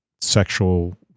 sexual